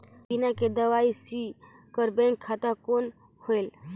बिना के.वाई.सी कर बैंक खाता कौन होएल?